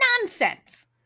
nonsense